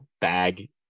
bag